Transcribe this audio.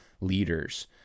leaders